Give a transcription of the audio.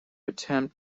attempt